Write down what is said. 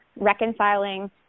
reconciling